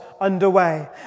underway